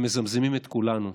הם מזמזמים את כולנו.